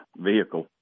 vehicle